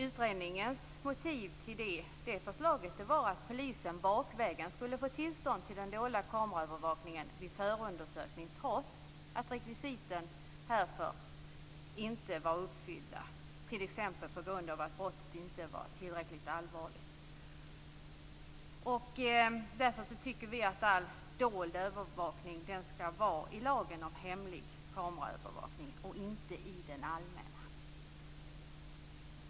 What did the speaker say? Utredningens motiv till förslaget var att polisen bakvägen skulle få tillstånd till den dolda kameraövervakningen vid förundersökning trots att rekvisiten härför inte var uppfyllda, t.ex. på grund av att brottet inte var tillräckligt allvarligt. Därför tycker vi att den dolda övervakningen skall finnas i lagen om hemlig kameraövervakning, och inte i den allmänna.